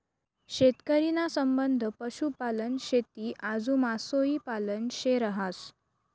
शेतकरी ना संबंध पशुपालन, शेती आजू मासोई पालन शे रहास